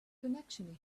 connection